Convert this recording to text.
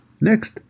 Next